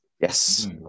Yes